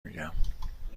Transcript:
میگم